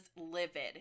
livid